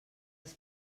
els